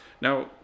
now